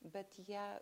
bet jie